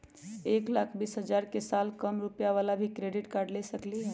एक लाख बीस हजार के साल कम रुपयावाला भी क्रेडिट कार्ड ले सकली ह?